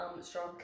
strong